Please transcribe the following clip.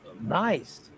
nice